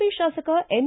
P ಶಾಸಕ N